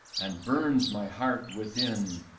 and burns my heart within.